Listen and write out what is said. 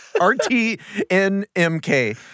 R-T-N-M-K